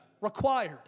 required